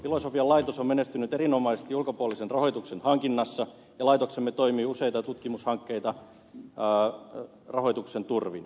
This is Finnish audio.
filosofian laitos on menestynyt erinomaisesti ulkopuolisen rahoituksen hankkimisessa ja laitoksellamme toimii useita tutkimushankkeita ulkopuolisen rahoituksen turvin